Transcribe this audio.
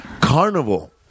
Carnival